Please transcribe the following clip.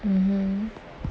mmhmm